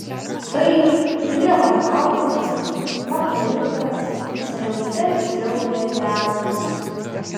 taip prievartaujamas motoriukas sriaubte sriaubė degalus